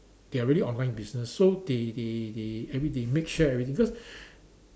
they are really online business so they they they everything they make sure everything because